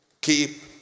Keep